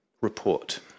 Report